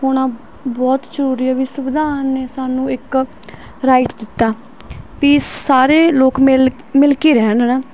ਹੋਣਾ ਬਹੁਤ ਜ਼ਰੂਰੀ ਹੈ ਵੀ ਸੰਵਿਧਾਨ ਨੇ ਸਾਨੂੰ ਇੱਕ ਰਾਈਟ ਦਿੱਤਾ ਅਤੇ ਸਾਰੇ ਲੋਕ ਮਿਲ ਮਿਲ ਕੇ ਰਹਿਣ ਹੈ ਨਾ